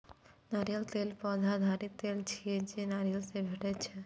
नारियल तेल पौधा आधारित तेल छियै, जे नारियल सं भेटै छै